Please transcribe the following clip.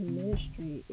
ministry